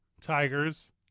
Tigers